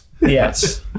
yes